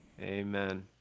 Amen